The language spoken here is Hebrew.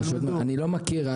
אני לא מכיר,